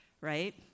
right